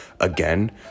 again